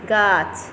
गाछ